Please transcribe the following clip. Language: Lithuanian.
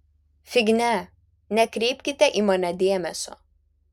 fignia nekreipkite į mane dėmesio